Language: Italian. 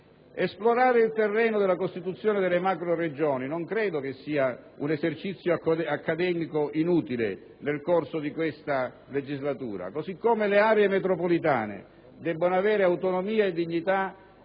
Esplorare il terreno della costituzione delle macroregioni non credo sia un esercizio accademico inutile nel corso di questa legislatura. Inoltre, le aree metropolitane debbono avere autonomia e dignità